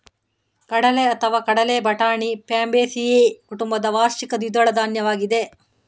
ಕಡಲೆಅಥವಾ ಕಡಲೆ ಬಟಾಣಿ ಫ್ಯಾಬೇಸಿಯೇ ಕುಟುಂಬದ ವಾರ್ಷಿಕ ದ್ವಿದಳ ಧಾನ್ಯವಾಗಿದೆ